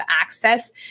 access